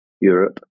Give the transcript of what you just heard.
Europe